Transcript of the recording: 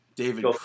David